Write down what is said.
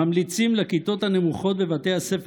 ממליצים לכיתות הנמוכות בבתי הספר